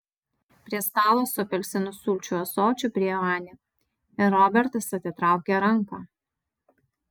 prie stalo su apelsinų sulčių ąsočiu priėjo anė ir robertas atitraukė ranką